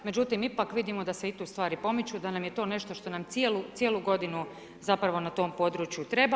Međutim, ipak vidimo da se i tu stvari pomiču, da je to nešto što nam cijelu godinu zapravo na tom području treba.